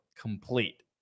complete